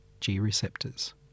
G-receptors